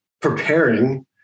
preparing